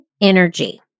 energy